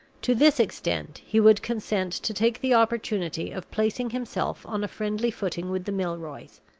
to this extent he would consent to take the opportunity of placing himself on a friendly footing with the milroys.